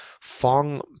Fong